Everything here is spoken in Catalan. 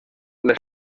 les